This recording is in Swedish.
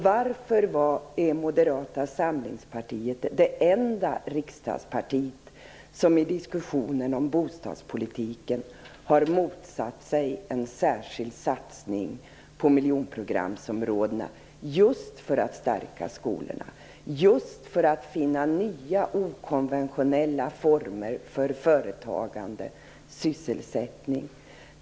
Varför är Moderata samlingspartiet det enda riksdagsparti som i diskussionen om bostadspolitiken har motsatt sig en särskild satsning på miljonprogramområdena just för att stärka skolorna och finna nya okonventionella former för företagande och sysselsättning?